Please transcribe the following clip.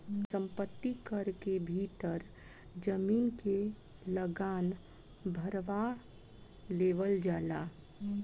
संपत्ति कर के भीतर जमीन के लागान भारवा लेवल जाला